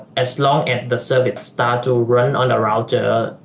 as long as the services start to run on the router,